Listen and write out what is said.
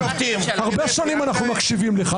הרבה שנים אנחנו מקשיבים לך,